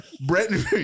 Brent